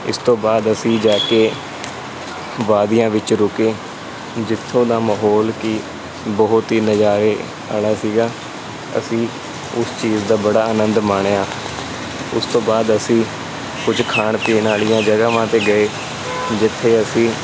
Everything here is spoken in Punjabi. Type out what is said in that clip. ਇਸ ਤੋਂ ਬਾਅਦ ਅਸੀਂ ਜਾ ਕੇ ਵਾਦੀਆਂ ਵਿੱਚ ਰੁਕੇ ਜਿੱਥੋਂ ਦਾ ਮਾਹੌਲ ਕੀ ਬਹੁਤ ਹੀ ਨਜ਼ਾਰੇ ਵਾਲਾ ਸੀਗਾ ਅਸੀਂ ਉਸ ਚੀਜ਼ ਦਾ ਬੜਾ ਆਨੰਦ ਮਾਣਿਆ ਉਸ ਤੋਂ ਬਾਅਦ ਅਸੀਂ ਕੁਝ ਖਾਣ ਪੀਣ ਵਾਲੀਆਂ ਜਗ੍ਹਾਵਾਂ 'ਤੇ ਗਏ ਜਿੱਥੇ ਅਸੀਂ